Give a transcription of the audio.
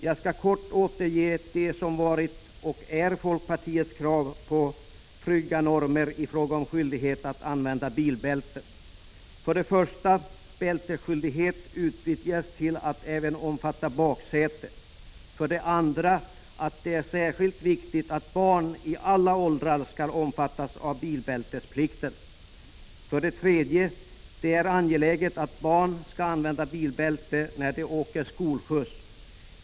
Jag skall kort sammanfatta de krav som vi i folkpartiet har ställt och som vi fortfarande ställer på trygga normer i fråga om skyldigheten att använda bilbälte: 2. Det är särskilt viktigt att barn i alla åldrar omfattas av bilbältesplikten. 3. Det är angeläget att barn använder bilbälte när de åker skolskjuts.